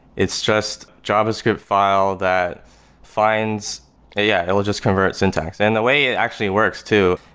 it's just javascript file that finds yeah, it will just convert syntax. and the way it actually works too,